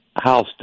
House